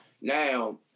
Now